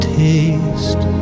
taste